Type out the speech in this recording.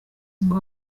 ngo